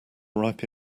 ripe